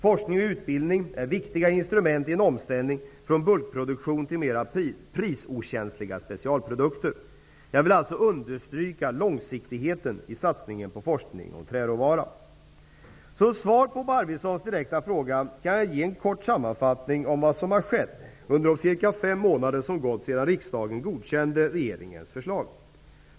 Forskning och utbildning är viktiga instrument i en omställning från bulkproduktion till mera prisokänsliga specialprodukter. Jag vill alltså understryka långsiktigheten i satsningen på forskning om träråvara. Som svar på Bo Arvidsons direkta fråga kan jag ge en kort sammanfattning av vad som skett under de cirka fem månader som gått sedan riksdagen godkände regeringens förslag.